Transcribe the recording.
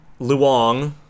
Luong